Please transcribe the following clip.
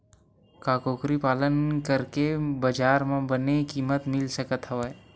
का कुकरी पालन करके बजार म बने किमत मिल सकत हवय?